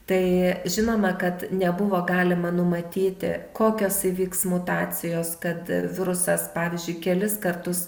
tai žinoma kad nebuvo galima numatyti kokios įvyks mutacijos kad virusas pavyzdžiui kelis kartus